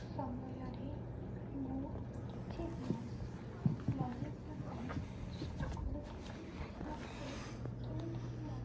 lockdown ସମୟରେ ମୁଁ କିଛି ଜିନିଷ ବନେଇବା ପାଇଁ ଚେଷ୍ଟା କରିଥିଲି ମୋତେ କେଉଁଠାରୁ ମଧ୍ୟ